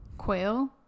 quail